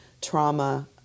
trauma